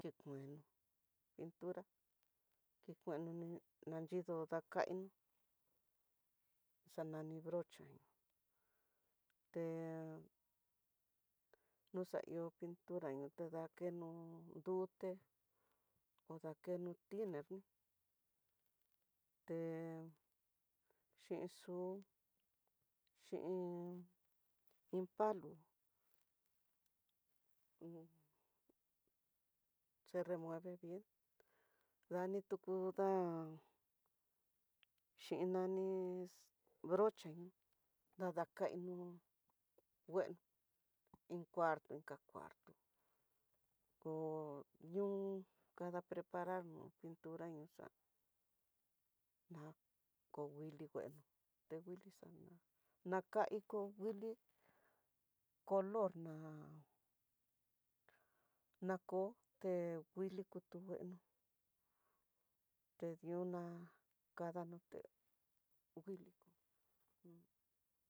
Ki kueno pintura, kikueno nradiyo dakaino xa nani brocha té no xaihó pintura teno dakeno, ndute o dakeno tiner nu té xhinxu, xhin iin palo un se remueve bien dani tuku da'a, xhin nani brocha nii, nadakaino ngueno iin cuerto inka cuarto, koo ñuu kada prepararno, pintura ñoxa na ko nguili ngueno te nguili xanka n kaingo nguili color na kó té nguili kutu ngueno te di'óna kada niuté nguiliko un.